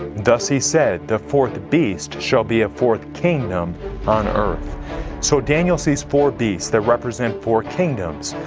thus he said the fourth beast shall be a fourth kingdom on earth so daniel sees four beasts that represent four kingdoms.